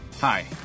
Hi